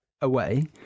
away